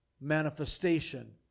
manifestation